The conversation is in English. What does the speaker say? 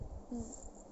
mm